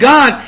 God